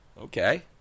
okay